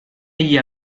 egli